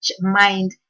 mind